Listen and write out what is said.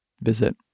visit